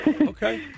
Okay